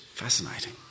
Fascinating